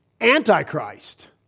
antichrist